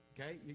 okay